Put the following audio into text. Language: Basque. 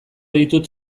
ditut